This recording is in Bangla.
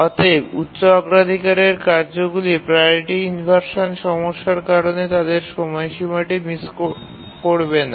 অতএব উচ্চ অগ্রাধিকারের কার্যগুলি প্রাওরিটি ইনভার্সন সমস্যার কারণে তাদের সময়সীমাটি মিস করবে না